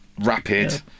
rapid